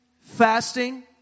fasting